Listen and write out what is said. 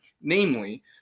namely